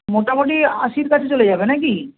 মোটামোটি আশির কাছে চলে যাবে না কি